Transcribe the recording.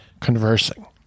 conversing